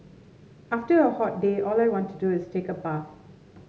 after a hot day all I want to do is take a bath